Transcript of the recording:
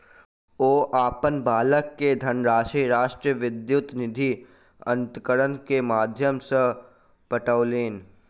ओ अपन बालक के धनराशि राष्ट्रीय विद्युत निधि अन्तरण के माध्यम सॅ पठौलैन